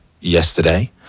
Yesterday